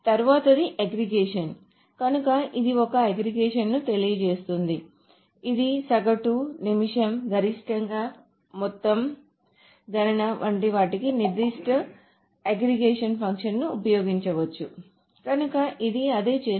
తరువాతిది అగ్రిగేషన్ కనుక ఇది ఒక అగ్రిగేషన్ ను తెలియజేస్తుంది కనుక ఇది సగటు నిమిషం గరిష్టంగా మొత్తం గణన వంటి వాటికీ నిర్దిష్ట అగ్రిగేషన్ ఫంక్షన్ను ఉపయోగించవచ్చు కనుక ఇది అదే చేస్తుంది